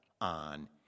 on